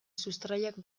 sustraiak